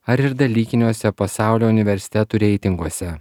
ar ir dalykiniuose pasaulio universitetų reitinguose